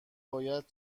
باید